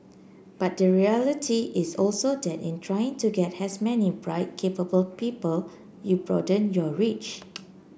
but the reality is also that in trying to get as many bright capable people you broaden your reach